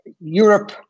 Europe